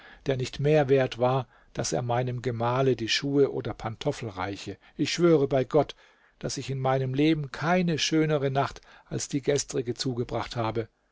der nicht mehr wert war daß er meinem gemahle die schuhe oder pantoffel reiche ich schwöre bei gott daß ich in meinem leben keine schönere nacht als die gestrige zugebracht habe